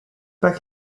back